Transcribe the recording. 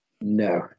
no